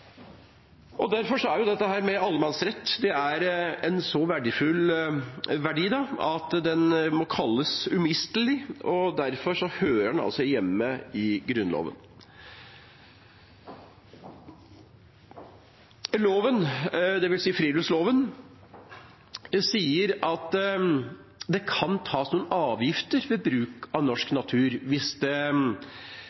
Derfor er allemannsretten så verdifull at den må kalles umistelig, og derfor hører den hjemme i Grunnloven. Friluftsloven sier at det kan tas noen avgifter ved bruk av norsk